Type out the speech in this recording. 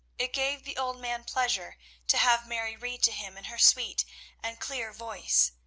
it gave the old man pleasure to have mary read to him in her sweet and clear voice.